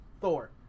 Thor